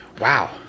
Wow